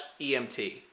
EMT